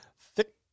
thick